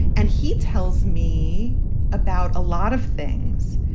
and he tells me about a lot of things,